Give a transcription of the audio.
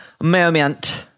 moment